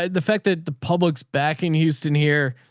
ah the fact that the public's backing houston here.